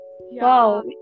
Wow